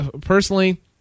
Personally